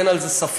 אין על זה ספק,